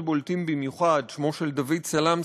בולטים במיוחד: שמו של יוסף סלמסה,